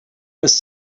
was